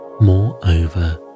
Moreover